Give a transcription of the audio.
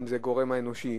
אם זה הגורם האנושי,